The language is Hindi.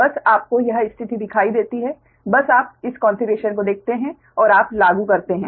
बस आपको यह स्थिति दिखाई देती है बस आप इस कॉन्फ़िगरेशन को देखते हैं और आप लागू करते हैं